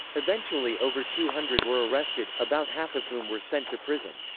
eventually over two hundred were arrested, about half of whom were sent to prison.